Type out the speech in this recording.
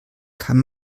kann